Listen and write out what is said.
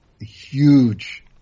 huge –